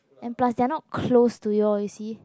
and plus they are not close to your you see